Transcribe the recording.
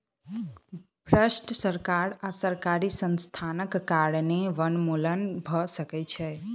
भ्रष्ट सरकार आ सरकारी संस्थानक कारणें वनोन्मूलन भ सकै छै